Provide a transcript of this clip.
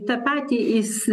tą patį jis